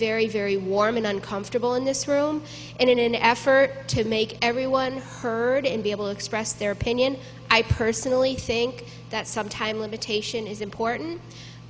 very very warm and uncomfortable in this room and in an effort to make everyone heard and be able to express their opinion i personally think that some time limitation is important